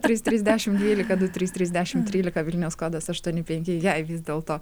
trys trys dešim dvylika du trys trys dešim trylika vilniaus kodas aštuoni penki jei vis dėlto